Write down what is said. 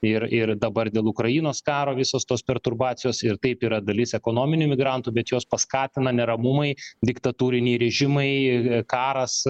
ir ir dabar dėl ukrainos karo visos tos perturbacijos ir kaip yra dalis ekonominių migrantų bet juos paskatina neramumai diktatūriniai režimai ir karas